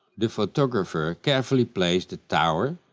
the photographer carefully placed the tower,